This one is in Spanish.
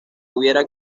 hubiera